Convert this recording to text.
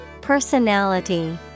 Personality